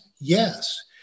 Yes